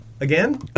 Again